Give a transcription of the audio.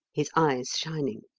his eyes shining.